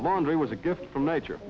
the laundry was a gift from nature